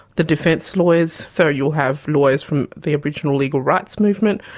the defence lawyers, so you'll have lawyers from the aboriginal legal rights movement,